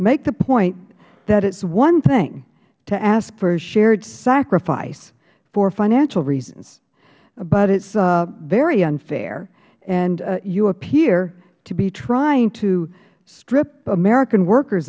make the point that it is one thing to ask for shared sacrifice for financial reasons but it is very unfair and you appear to be trying to strip american workers